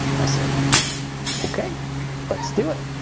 i said okay let's do it.